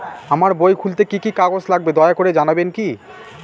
আমার বই খুলতে কি কি কাগজ লাগবে দয়া করে জানাবেন কি?